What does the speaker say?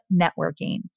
networking